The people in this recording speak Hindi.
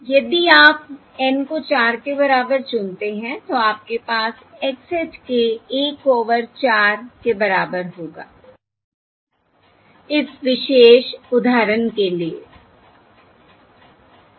यदि आप N को 4 के बराबर चुनते हैं तो आपके पास x hat k 1 ओवर 4 के बराबर होगा इस विशेष उदाहरण के लिए